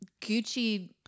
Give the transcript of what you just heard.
Gucci